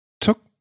took